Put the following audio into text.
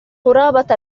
قرابة